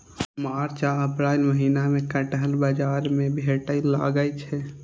मार्च आ अप्रैलक महीना मे कटहल बाजार मे भेटै लागै छै